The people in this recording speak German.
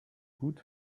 gut